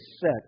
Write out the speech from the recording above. set